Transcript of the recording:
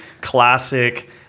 classic